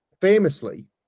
famously